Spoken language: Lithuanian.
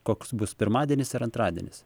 koks bus pirmadienis ir antradienis